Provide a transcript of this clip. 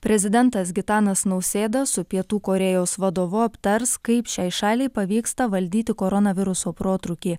prezidentas gitanas nausėda su pietų korėjos vadovu aptars kaip šiai šaliai pavyksta valdyti koronaviruso protrūkį